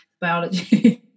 biology